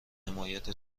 حمایت